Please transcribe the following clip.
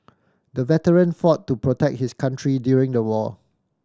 the veteran fought to protect his country during the war